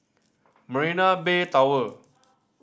Marina Bay Tower